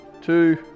two